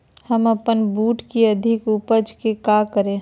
हम अपन बूट की अधिक उपज के क्या करे?